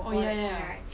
oh ya ya